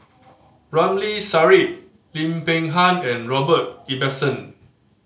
Ramli Sarip Lim Peng Han and Robert Ibbetson